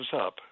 up